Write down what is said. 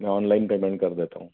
मैं online payment कर देता हूँ